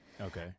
Okay